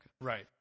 Right